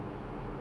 satu dua